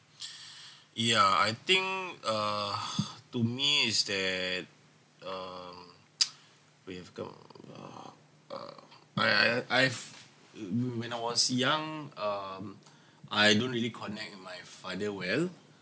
ya I think uh to me it's that um we have gone uh uh I I I've mm when I was young um I don't really connect with my father well